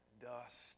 dust